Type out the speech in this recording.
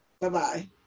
Bye-bye